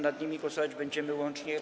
Nad nimi głosować będziemy łącznie.